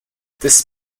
this